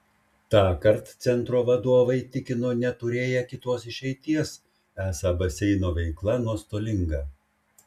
tąkart centro vadovai tikino neturėję kitos išeities esą baseino veikla nuostolinga